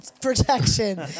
protection